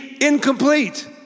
incomplete